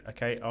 Okay